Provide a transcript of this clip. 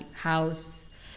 house